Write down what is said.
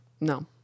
No